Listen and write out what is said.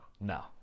No